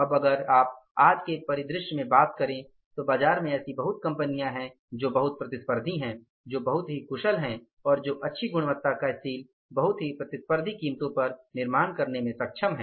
अब अगर आप आज के परिदृश्य बात करें तो बाजार में ऐसी बहुत कंपनिया है जो बहुत प्रतिस्पर्धी हैं जो बहुत ही कुशल हैं और जो अच्छी गुणवत्ता का स्टील बहुत ही प्रतिस्पर्धी कीमतों पर निर्माण करने में सक्षम हैं